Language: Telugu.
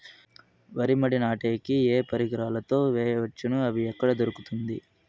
వరి మడి నాటే కి ఏ పరికరాలు తో వేయవచ్చును అవి ఎక్కడ దొరుకుతుంది?